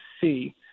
see